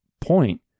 point